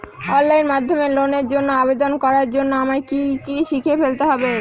Online মাধ্যমে লোনের জন্য আবেদন করার জন্য আমায় কি কি শিখে ফেলতে হবে?